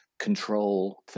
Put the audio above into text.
control